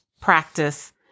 practice